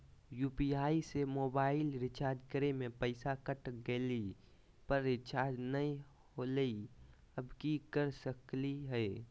UPI से mobile recharge करे में पैसा कट गेलई, पर रिचार्ज नई होलई, अब की कर सकली हई?